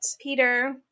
Peter